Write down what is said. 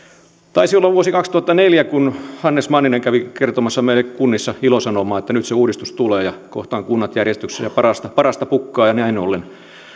taisi olla vuosi kaksituhattaneljä kun hannes manninen kävi kertomassa meille kunnissa ilosanomaa että nyt se uudistus tulee ja kohta ovat kunnat järjestyksessä ja parasta pukkaa ja näin ollen